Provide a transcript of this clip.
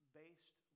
based